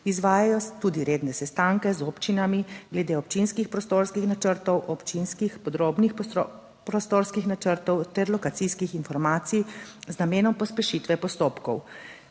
Izvajajo tudi redne sestanke z občinami glede občinskih prostorskih načrtov, občinskih podrobnih prostorskih načrtov ter lokacijskih informacij z namenom pospešitve postopkov.